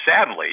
Sadly